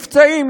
נפצעים,